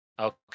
Okay